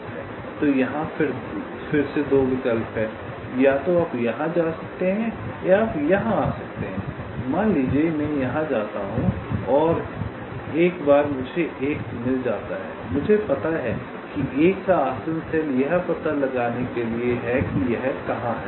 तो यहां फिर से 2 विकल्प हैं या तो आप यहां जा सकते हैं या आप यहां आ सकते हैं मान लीजिये मैं यहां जाता हूँ और एक बार मुझे १ मिल जाता है मुझे पता है कि 1 का आसन्न सेल यह पता लगाने के लिए है कि यह कहां है